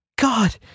God